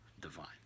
divine